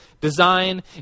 design